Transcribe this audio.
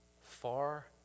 far